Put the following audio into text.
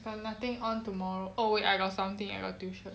I got nothing on tomorrow oh wait I got something I got tuition